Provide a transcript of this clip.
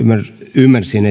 ymmärsin